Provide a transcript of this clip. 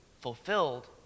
fulfilled